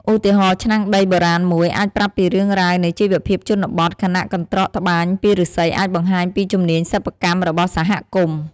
ឧទាហរណ៍ ឆ្នាំងដីបុរាណមួយ អាចប្រាប់ពីរឿងរ៉ាវនៃជីវភាពជនបទ ខណៈកន្ត្រកត្បាញពីឫស្សីអាចបង្ហាញពីជំនាញសិប្បកម្មរបស់សហគមន៍។